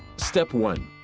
step one.